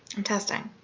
and testing.